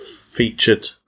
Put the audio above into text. featured